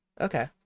okay